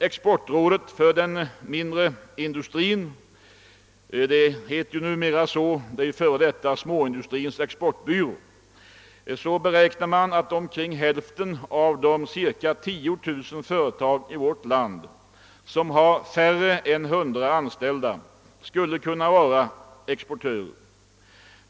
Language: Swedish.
Exportrådet för den mindre industrin — tidigare Småindustrins exportbyrå — beräknar att omkring hälften av de cirka 10 000 företag i vårt land som har färre än 100 anställda skulle kunna vara exportörer.